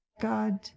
God